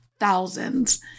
thousands